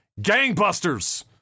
gangbusters